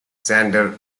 xander